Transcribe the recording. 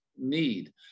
need